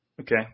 Okay